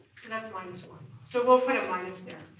so that's minus one, so we'll put a minus there.